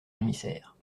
émissaire